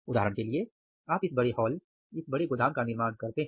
उदाहरण के लिए आप इस बड़े हॉल इस बड़े गोदाम का निर्माण करते हैं